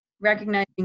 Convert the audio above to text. recognizing